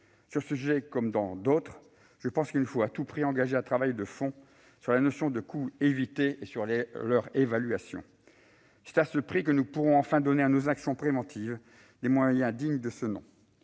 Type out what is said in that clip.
Sur ce sujet comme pour d'autres, je pense qu'il nous faut à tout prix engager un travail de fond sur la notion de « coûts évités » et sur l'évaluation de ces derniers. C'est à ce prix que nous pourrons enfin donner à nos actions préventives des moyens dignes de ce nom.